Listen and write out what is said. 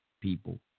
people